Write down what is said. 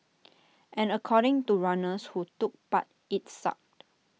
and according to runners who took part IT sucked